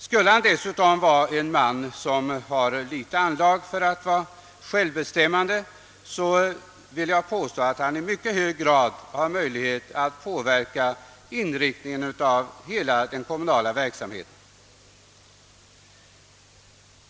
Skulle han dessutom vara en man som har anlag för att vara självständig, vill jag påstå att han i mycket hög grad har möjlighet att påverka inriktningen av hela den kommunala verksamheten.